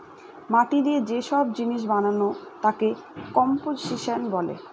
মাটি দিয়ে যে সব জিনিস বানানো তাকে কম্পোসিশন বলে